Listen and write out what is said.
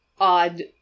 odd